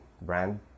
brand